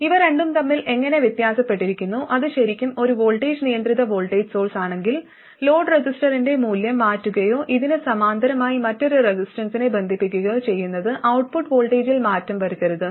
ഇവ രണ്ടും തമ്മിൽ എങ്ങനെ വ്യത്യാസപ്പെട്ടിരിക്കുന്നു അത് ശരിക്കും ഒരു വോൾട്ടേജ് നിയന്ത്രിത വോൾട്ടേജ് സോഴ്സാണെങ്കിൽ ലോഡ് റെസിസ്റ്റൻസിന്റെ മൂല്യം മാറ്റുകയോ ഇതിന് സമാന്തരമായി മറ്റൊരു റെസിസ്റ്റൻസിനെ ബന്ധിപ്പിക്കുകയോ ചെയ്യുന്നത് ഔട്ട്പുട്ട് വോൾട്ടേജിൽ മാറ്റം വരുത്തരുത്